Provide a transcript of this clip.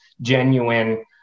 genuine